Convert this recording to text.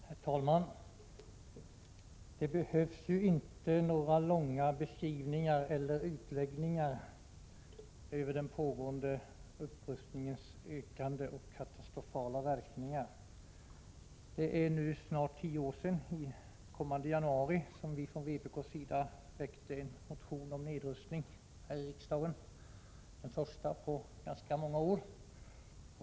Herr talman! Det behövs inte några långa beskrivningar eller utläggningar om den pågående och ökande upprustningen och dess katastrofala verkningar. Det är nu snart tio år sedan — det är det i kommande januari månad —- som vpk väckte en motion här i riksdagen om nedrustning, den första på ganska många år.